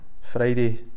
Friday